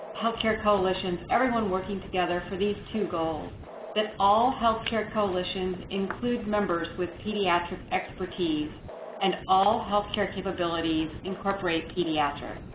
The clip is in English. healthcare coalitions, everyone working together for these two goals that all healthcare coalitions include members with pediatric expertise and all healthcare capabilities incorporate pediatrics.